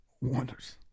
wonders